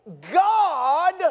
God